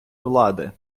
влади